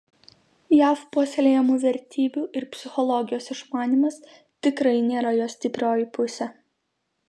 jav puoselėjamų vertybių ir psichologijos išmanymas tikrai nėra jo stiprioji pusė